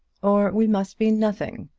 or we must be nothing.